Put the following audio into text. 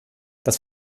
das